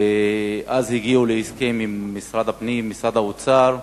ואז הגיעו להסכם עם משרד הפנים ומשרד האוצר.